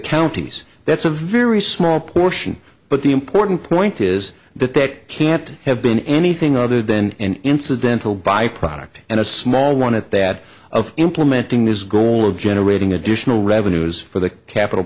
counties that's a very small portion but the important point is that that can't have been anything other than an incidental byproduct and a small one at that of implementing this goal of generating additional revenues for the capital